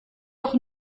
doch